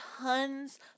tons